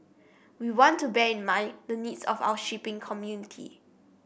we want to bear in mind the needs of our shipping community